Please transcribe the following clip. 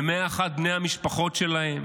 ל-101 בני המשפחות שלהם,